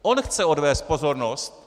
On chce odvést pozornost.